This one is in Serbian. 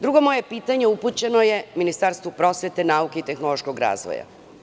Drugo moje pitanje upućeno je Ministarstvu prosvete, nauke i tehnološkog razvoja.